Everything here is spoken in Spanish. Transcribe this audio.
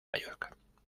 mallorca